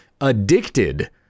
addicted